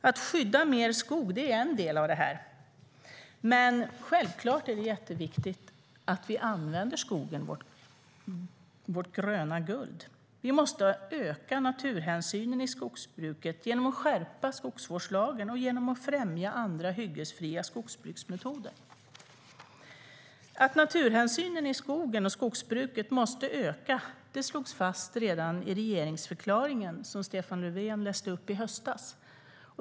Att skydda mer skog är en del av det. Men det är självklart också jätteviktigt att vi använder skogen - vårt gröna guld. Vi måste öka naturhänsynen i skogsbruket genom att skärpa skogsvårdslagen och genom att främja andra hyggesfria skogsbruksmetoder. Att naturhänsynen i skogen och skogsbruket måste öka slogs fast redan i regeringsförklaringen som Stefan Löfven läste upp i höstas.